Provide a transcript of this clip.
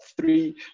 Three